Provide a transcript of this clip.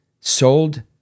sold